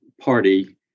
party